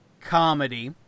comedy